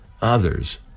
others